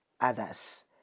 others